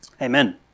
Amen